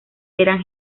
eran